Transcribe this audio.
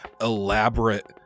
elaborate